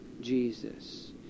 Jesus